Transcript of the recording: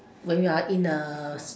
when you are in a